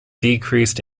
decreased